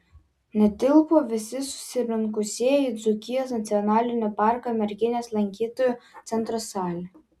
netilpo visi susirinkusieji į dzūkijos nacionalinio parko merkinės lankytojų centro salę